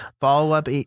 follow-up